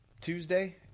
Tuesday